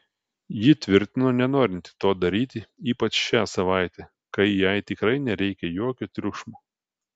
ji tvirtino nenorinti to daryti ypač šią savaitę kai jai tikrai nereikia jokio triukšmo